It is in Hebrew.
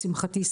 לשמחתי,